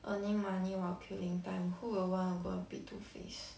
earning money while killing time who will wanna go and be two faced